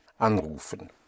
anrufen